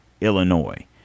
Illinois